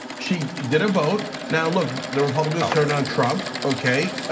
she did a vote, now look, the republicans turn on trump, okay.